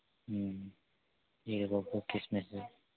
జీడిపప్పు కిస్మిస్సు